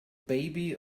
baby